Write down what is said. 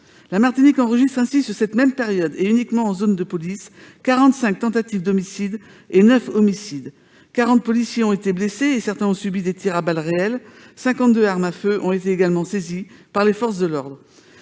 La Martinique enregistre ainsi, sur cette même période et uniquement en zone de police, 45 tentatives d'homicide et 9 homicides. Par ailleurs, 40 policiers ont été blessés, certains ont subi des tirs à balles réelles et 52 armes à feu ont été saisies par les forces de l'ordre.